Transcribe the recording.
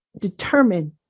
determined